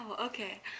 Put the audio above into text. Okay